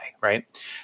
right